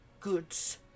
goods